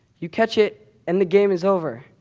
you catch it and the game is over.